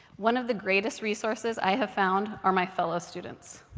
one of the greatest resources i have found are my fellow students.